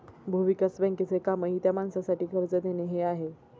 भूविकास बँकेचे कामही त्या माणसासाठी कर्ज देणे हे आहे